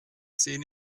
sehen